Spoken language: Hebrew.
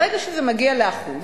ברגע שזה הגיע ל-1%,